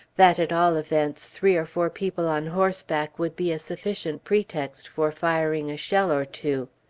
that, at all events, three or four people on horseback would be a sufficient pretext for firing a shell or two.